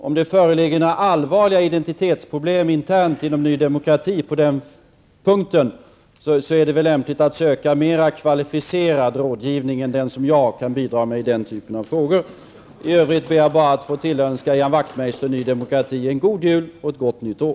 Om det föreligger några allvarliga identitetsproblem internt inom Ny Demokrati, är det väl lämpligt att söka mera kvalificerad rådgivning än den som jag kan bidra med i den typen av frågor. I övrigt ber jag få tillönska Ian Wachtmeister och Ny Demokrati en god jul och ett gott nytt år.